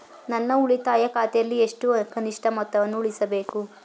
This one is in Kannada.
ನನ್ನ ಉಳಿತಾಯ ಖಾತೆಯಲ್ಲಿ ಎಷ್ಟು ಕನಿಷ್ಠ ಮೊತ್ತವನ್ನು ಉಳಿಸಬೇಕು?